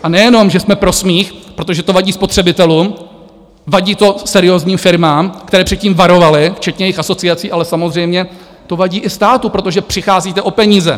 A nejenom že jsme pro smích, protože to vadí spotřebitelům, vadí to seriózním firmám, které před tím varovaly, včetně jejich asociací, ale samozřejmě to vadí i státu, protože přicházíte o peníze.